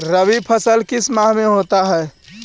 रवि फसल किस माह में होता है?